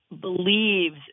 believes